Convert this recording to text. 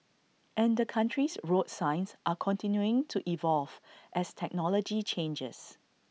and the country's road signs are continuing to evolve as technology changes